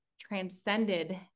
transcended